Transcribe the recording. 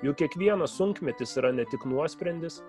juk kiekvienas sunkmetis yra ne tik nuosprendis